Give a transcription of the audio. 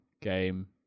game